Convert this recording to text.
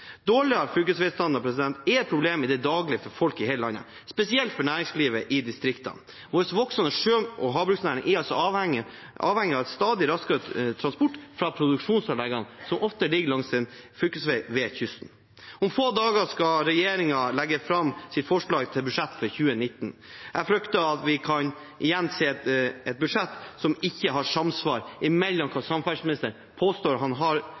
Dårligere fylkesveistandard er et problem i det daglige for folk i hele landet, spesielt for næringslivet i distriktene. Vår voksende sjø- og havbruksnæring er avhengig av stadig raskere transport fra produksjonsanleggene, som ofte ligger langs en fylkesvei ved kysten. Om få dager skal regjeringen legge fram sitt forslag til budsjett for 2019. Jeg frykter at vi igjen kan se et budsjett som ikke har samsvar mellom hva samferdselsministeren påstår han har